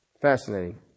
Fascinating